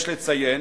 יש לציין